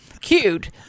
cute